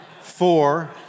four